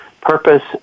purpose